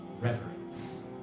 reverence